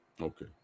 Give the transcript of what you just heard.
Okay